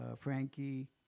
frankie